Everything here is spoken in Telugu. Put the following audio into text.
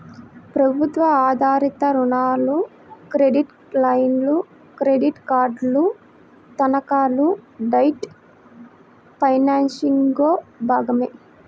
ప్రభుత్వ ఆధారిత రుణాలు, క్రెడిట్ లైన్లు, క్రెడిట్ కార్డులు, తనఖాలు డెట్ ఫైనాన్సింగ్లో భాగమే